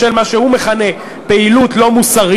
בשל מה שהוא מכנה "פעילות לא מוסרית".